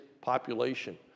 population